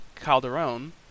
Calderon